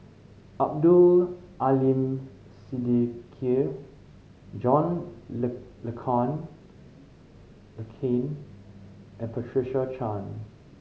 Abdul Aleem Siddique John Le Le calm Le Cain and Patricia Chan